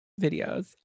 videos